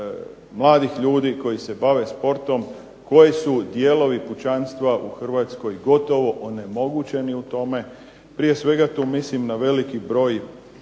mladih ljudi koji se bave sportom, koji su dijelovi pučanstva u Hrvatskoj gotovo onemogućeni u tome, prije svega tu mislim na veliki broj